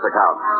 account